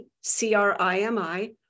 C-R-I-M-I